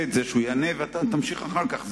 יענה ואתה תמשיך אחר כך?